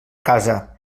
casa